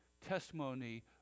testimony